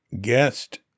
guest